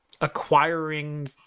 acquiring